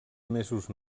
mesos